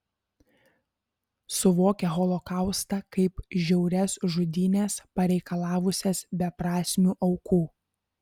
suvokia holokaustą kaip žiaurias žudynes pareikalavusias beprasmių aukų